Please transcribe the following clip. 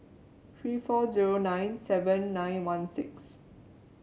three four zero nine seven nine one six